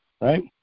right